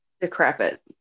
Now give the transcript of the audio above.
decrepit